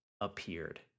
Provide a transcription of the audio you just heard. appeared